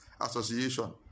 Association